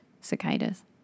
cicadas